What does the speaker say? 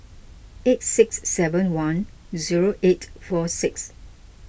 eight six seven one zero eight four six